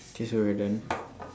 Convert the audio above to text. K so we're done